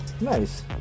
Nice